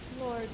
Lord